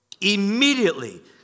Immediately